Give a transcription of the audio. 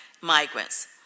migrants